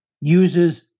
uses